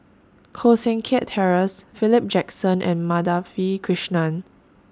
Koh Seng Kiat Terence Philip Jackson and Madhavi Krishnan